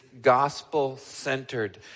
gospel-centered